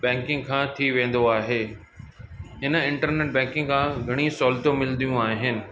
banking खां थी वेंदो आहे हिन इंटरनेट बैंकिंग खां घणी सहुलतूं मिलंदियूं आहिनि